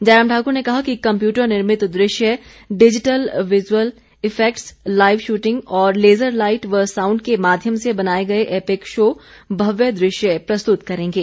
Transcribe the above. जयराम ठाकुर ने कहा कि कम्पयूटर निर्मित दृश्य digital visual effects live shooting और लेजर लाईट व साउंड के माध्यम से बनाए गए एपिक शो एक भव्य दृश्य प्रस्तुत करेंगे